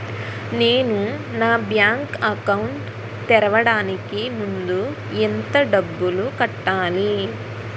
నేను నా bank account తెరవడానికి ముందు ఎంత డబ్బులు కట్టాలి?